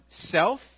self